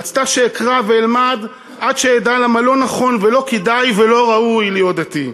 רצתה שאקרא ואלמד עד שאדע למה לא נכון ולא כדאי ולא ראוי להיות דתי.